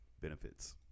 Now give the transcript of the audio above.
benefits